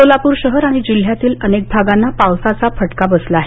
सोलापूर शहर आणि जिल्ह्यातील अनेक भागांना पावसाचा फटका बसला आहे